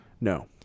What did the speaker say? no